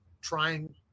trying